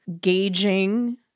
gauging